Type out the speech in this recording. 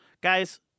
Guys